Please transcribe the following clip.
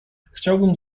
chciałbym